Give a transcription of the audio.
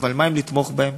אבל מה עם לתמוך בהם?